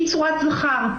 היא צורת זכר,